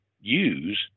use